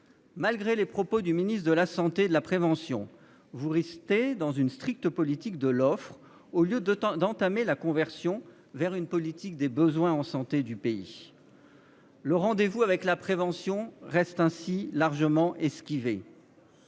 dépit des propos du ministre de la santé et de la prévention, le Gouvernement s'en tient à une stricte politique de l'offre, au lieu d'entamer la conversion vers une politique des besoins en santé du pays. Le rendez-vous avec la prévention reste ainsi largement esquivé.